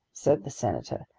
said the senator,